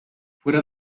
fuera